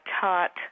taught